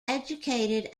educated